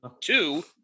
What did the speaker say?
two